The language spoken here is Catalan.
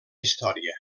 història